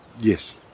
Yes